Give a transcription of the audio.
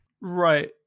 Right